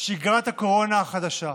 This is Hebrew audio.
שגרת הקורונה החדשה,